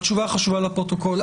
התשובה החשובה לפרוטוקול,